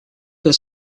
que